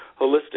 holistic